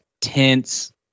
tense